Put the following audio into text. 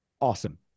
Awesome